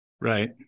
right